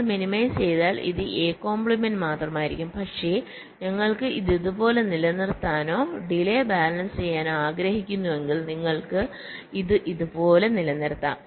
ഞങ്ങൾ മിനിമൈസ് ചെയ്താൽ ഇത് a മാത്രമായിരിക്കും പക്ഷേ ഞങ്ങൾക്ക് ഇത് ഇതുപോലെ നിലനിർത്താനോ ഡിലെ ബാലൻസ് ചെയ്യാനോ ആഗ്രഹിക്കുന്നുവെങ്കിൽ നിങ്ങൾക്ക് ഇത് ഇതുപോലെ നിലനിർത്താം